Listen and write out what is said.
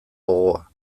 gogoa